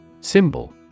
Symbol